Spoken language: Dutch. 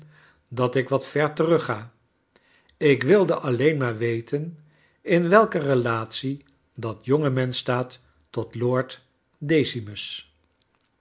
dat ik wat ver terugga ik wilde alleen maar we ten in welke relatie dat jongemensch stoat tot lord decimus